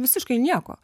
visiškai nieko